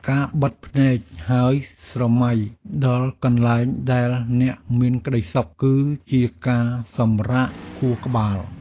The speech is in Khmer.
ការបិទភ្នែកហើយស្រមៃដល់កន្លែងដែលអ្នកមានក្ដីសុខ គឺជាការសម្រាកខួរក្បាល។